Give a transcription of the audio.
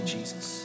Jesus